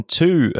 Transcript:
two